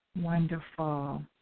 Wonderful